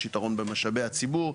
יש יתרון במשאבי הציבור,